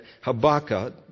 Habakkuk